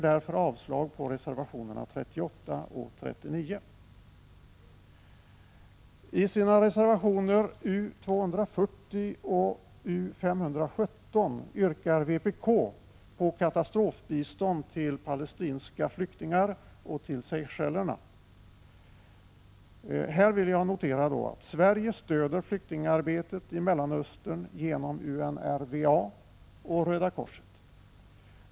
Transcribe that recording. Även reservationerna 38 och 39 bör därför avslås. I sina motioner U240 och US517 yrkar vpk på katastrofbistånd till palestinska flyktingar och till Seychellerna. Här vill jag notera att Sverige stöder flyktingarbetet i Mellanöstern genom UNRWA och Röda korset.